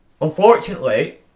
unfortunately